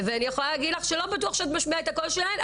ואני יכולה להגיד לך שלא בטוח שאת משמיעה את הקול שלהן,